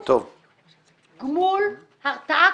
גמול, הרתעה.